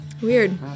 Weird